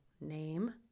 name